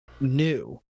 new